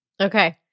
Okay